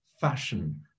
fashion